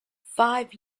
five